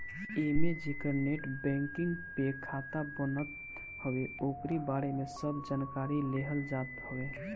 एमे जेकर net banking पे खाता बनत हवे ओकरी बारे में सब जानकारी लेहल जात हवे